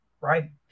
right